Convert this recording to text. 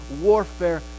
warfare